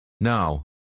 Now